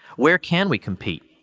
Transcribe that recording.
where can we compete?